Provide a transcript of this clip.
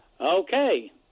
Okay